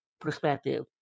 perspective